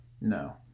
No